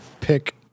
pick